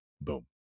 Boom